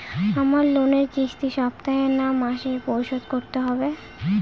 আমার লোনের কিস্তি সপ্তাহে না মাসে পরিশোধ করতে হবে?